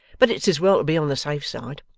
but it's as well to be on the safe side